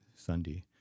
Sunday